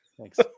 Thanks